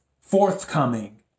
forthcoming